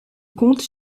compte